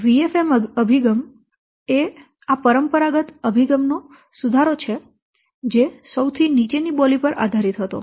VFM અભિગમ એ આ પરંપરાગત અભિગમ નો સુધારો છે જે સૌથી નીચેની બોલી પર આધારિત હતો